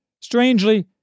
Strangely